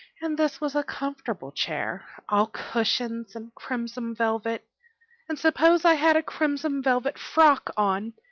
and this was a comfortable chair, all cushions and crimson velvet and suppose i had a crimson velvet frock on,